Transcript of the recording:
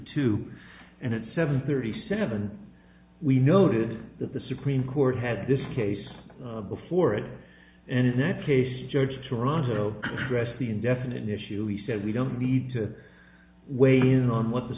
two and it's seven thirty seven we noted that the supreme court had this case before it and in that case judge toronto press the indefinite issue he says we don't need to weigh in on what the